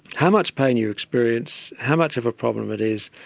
how much pain you experience, how much of a problem it is,